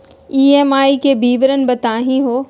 EMI के विवरण बताही हो?